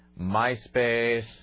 MySpace